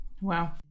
Wow